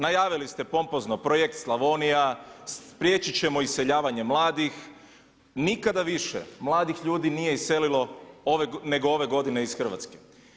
Najavili ste pompozno Projekt Slavonija, spriječit ćemo iseljavanje mladih, nikada više mladih ljudi nije iselilo nego ove godine iz Hrvatske.